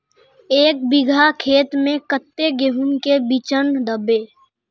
एक बिगहा खेत में कते गेहूम के बिचन दबे?